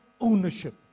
ownership